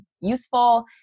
useful